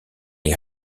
est